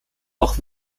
auch